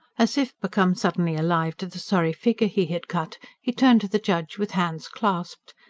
as if become suddenly alive to the sorry figure he had cut, he turned to the judge with hands clasped,